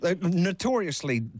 Notoriously